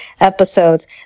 episodes